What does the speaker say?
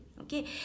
okay